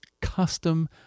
custom